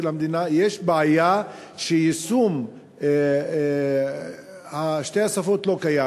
המדינה יש בעיה שיישום שתי השפות לא קיים.